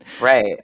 right